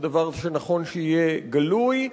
זה דבר שנכון שיהיה גלוי,